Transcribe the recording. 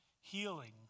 healing